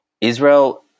Israel